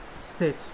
state